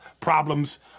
problems